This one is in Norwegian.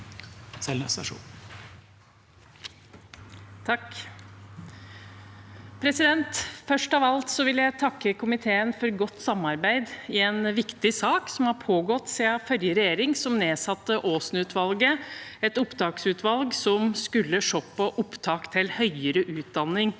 for saken): Først av alt vil jeg takke komiteen for godt samarbeid i en viktig sak som har pågått siden forrige regjering nedsatte Aasen-utvalget, et utvalg som skulle se på opptak til høyere utdanning